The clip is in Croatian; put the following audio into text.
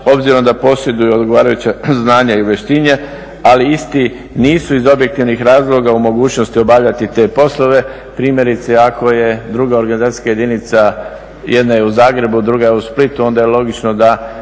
obzirom da posjeduju odgovarajuća znanja i vještine, ali isti nisu iz objektivnih razloga u mogućnosti obavljati te poslove. Primjerice, ako je druga organizacijska jedinica, jedna je u Zagrebu, druga je u Splitu, onda je logično da